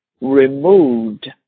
removed